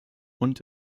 und